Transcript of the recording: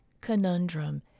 conundrum